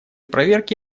проверки